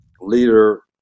leader